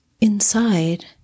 inside